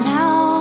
now